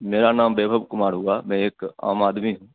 मेरा नाम वैभव कुमार हुआ मैं एक आम आदमी हूँ